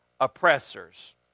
oppressors